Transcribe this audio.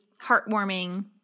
heartwarming